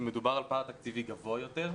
שמדובר על פער תקציבי גבוה יותר.